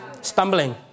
stumbling